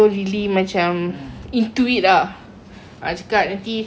ha cakap nanti berselerak lah apa lah